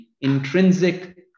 intrinsic